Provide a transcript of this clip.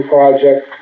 Project